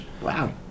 Wow